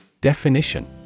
Definition